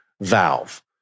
valve